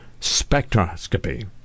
spectroscopy